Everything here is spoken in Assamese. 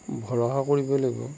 ভৰষা কৰিবই লাগিব